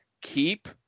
keep